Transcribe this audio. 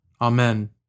Amen